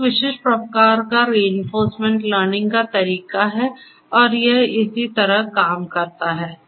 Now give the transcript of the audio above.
यह एक विशिष्ट प्रकार का रिइंफोर्समेंट लर्निंग का तरीका है और यह इसी तरह काम करता है